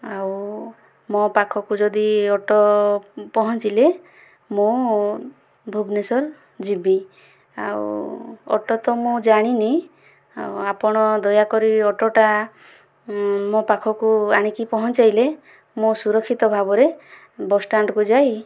ଆଉ ମୋ ପାଖକୁ ଯଦି ଅଟୋ ପହଞ୍ଚିଲେ ମୁଁ ଭୁବନେଶ୍ୱର ଯିବି ଆଉ ଅଟୋତ ମୁଁ ଜାଣିନି ଆପଣ ଦୟାକରି ଅଟୋଟା ମୋ ପାଖକୁ ଆଣିକି ପହଞ୍ଚେଇଲେ ମୁଁ ସୁରକ୍ଷିତ ଭାବରେ ବସ ଷ୍ଟାଣ୍ଡକୁ ଯାଇ